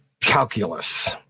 calculus